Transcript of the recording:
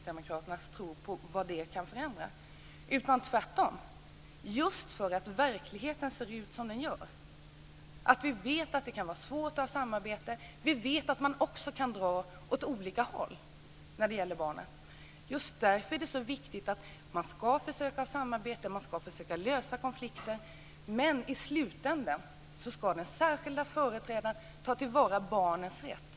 Det är tvärtom så, att just för att verkligheten ser ut som den gör - vi vet hur svårt det kan vara med samarbete och vi vet också att man kan dra åt olika håll - är det viktigt med ett samarbete för att lösa konflikter, men i slutänden ska den särskilda företrädaren ta till vara barnets rätt.